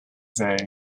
jose